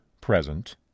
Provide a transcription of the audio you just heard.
present